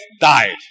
died